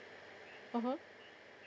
mmhmm